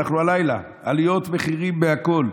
אנחנו הלילה, עליות מחירים בהכול.